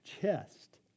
chest